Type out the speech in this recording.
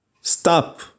stop